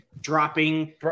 dropping